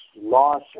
loss